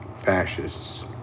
fascists